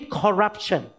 corruption